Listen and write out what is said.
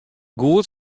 goed